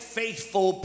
faithful